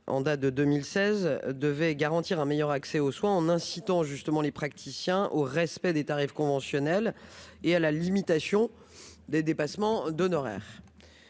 de santé de 2016 devait garantir un meilleur accès aux soins, en incitant les praticiens au respect des tarifs conventionnels et à la limitation des dépassements d'honoraires.